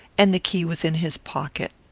and the key was in his pocket.